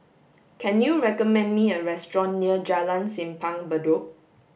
can you recommend me a restaurant near Jalan Simpang Bedok